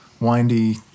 windy